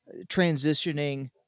transitioning